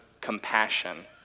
compassion